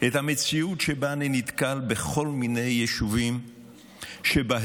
את המציאות שבה אני נתקל בכל מיני יישובים שבהם